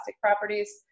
properties